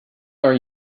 are